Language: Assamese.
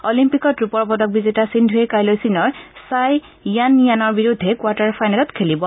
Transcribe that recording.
অলিম্পিকত ৰূপৰ পদক বিজেতা সিন্ধুৱে কাইলৈ চীনৰ চাই য়ানয়ানৰ বিৰুদ্ধে কোৱাৰ্টাৰ ফাইনেলত খেলিব